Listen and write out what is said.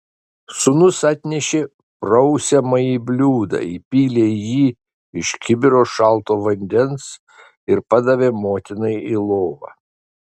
sūnus atnešė prausiamąjį bliūdą įpylė į jį iš kibiro šalto vandens ir padavė motinai į lovą